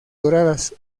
doradas